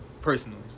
personally